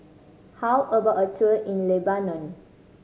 how about a tour in Lebanon